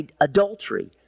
adultery